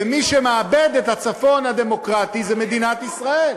ומי שמאבד את הצפון הדמוקרטי זה מדינת ישראל.